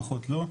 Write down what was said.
פחות לא.